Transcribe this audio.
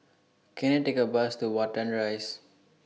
Can I Take A Bus to Watten Rise